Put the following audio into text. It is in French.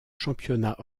championnat